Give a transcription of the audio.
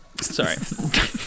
Sorry